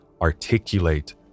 articulate